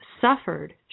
suffered